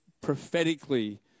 prophetically